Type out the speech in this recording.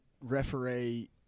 referee